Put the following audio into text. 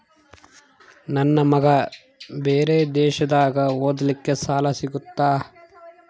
ನನ್ನ ಮಗ ಬೇರೆ ದೇಶದಾಗ ಓದಲಿಕ್ಕೆ ಸಾಲ ಸಿಗುತ್ತಾ?